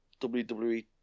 WWE